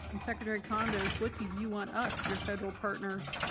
and secretary condos, what do you want us, your federal partners,